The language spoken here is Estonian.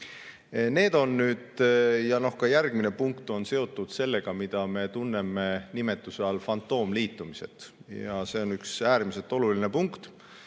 tasu kehtima. Järgmine punkt on seotud sellega, mida me tunneme nimetuse "fantoomliitumised" all. See on üks äärmiselt oluline punkt.